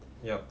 ya